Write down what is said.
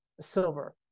silver